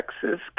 Texas